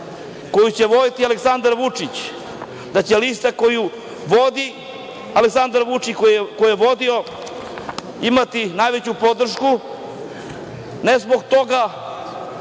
koju će voditi Aleksandar Vučić, da će lista koju vodi Aleksandar Vučić i koju je vodio imati najveću podršku, ne zbog